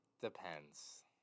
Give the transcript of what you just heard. depends